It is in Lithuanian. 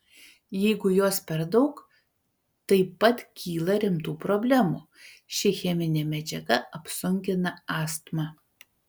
jeigu jos per daug taip pat kyla rimtų problemų ši cheminė medžiaga apsunkina astmą